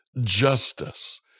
justice